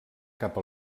cap